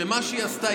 שמה שהיא עשתה,